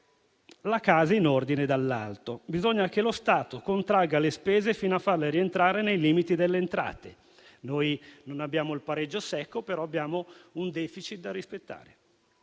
la casa in ordine dall'alto. Bisogna che lo Stato contragga le spese fino a farle rientrare nei limiti delle entrate. Noi non abbiamo il pareggio secco, però abbiamo un *deficit* da rispettare.